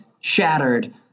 shattered